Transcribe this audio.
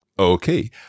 Okay